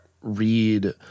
read